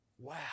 wow